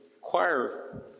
choir